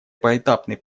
поэтапный